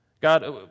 God